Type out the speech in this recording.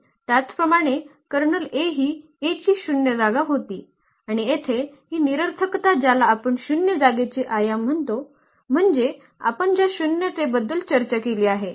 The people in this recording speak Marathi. त्याचप्रमाणे कर्नल A ही A ची शून्य जागा होती आणि येथे ही निरर्थकता ज्याला आपण शून्य जागेचे आयाम म्हणतो म्हणजे आपण ज्या शून्यतेबद्दल चर्चा केली आहे